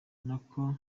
nako